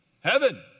Heaven